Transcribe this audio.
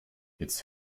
its